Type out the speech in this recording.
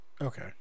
Okay